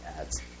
ads